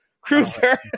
cruiser